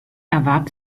erwarb